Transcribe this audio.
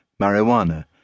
marijuana